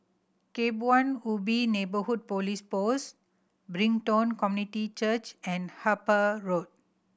Kebun Ubi Neighbourhood Police Post Brighton Community Church and Harper Road